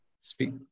Speak